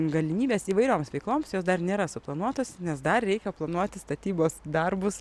galimybės įvairioms veikloms jos dar nėra suplanuotos nes dar reikia planuoti statybos darbus